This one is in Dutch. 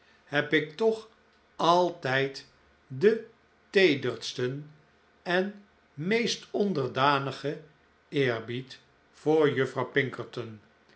heb ik toch altijd den teedetsten en meest onderdanigen eerbied voor juffrouw pinkerton